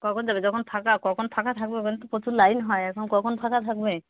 কখন যাবে যখন ফাঁকা কখন ফাঁকা থাকবে ওখানে তো প্রচুর লাইন হয় এখন কখন ফাঁকা থাকবে